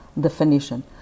definition